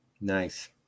nice